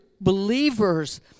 believers